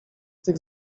tych